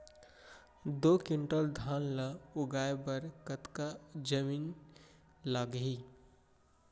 दो क्विंटल धान ला उगाए बर कतका जमीन लागही?